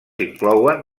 inclouen